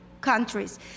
countries